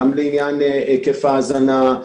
גם לעניין היקף ההאזנה,